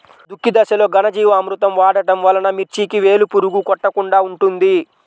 దుక్కి దశలో ఘనజీవామృతం వాడటం వలన మిర్చికి వేలు పురుగు కొట్టకుండా ఉంటుంది?